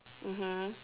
mmhmm